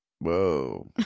Whoa